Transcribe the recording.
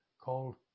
called